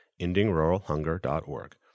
endingruralhunger.org